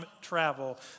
travel